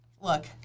look